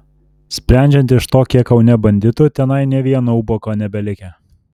sprendžiant iš to kiek kaune banditų tenai nė vieno ubago nebelikę